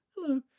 Hello